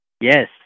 Yes